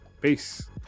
Peace